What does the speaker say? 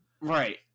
Right